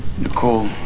Nicole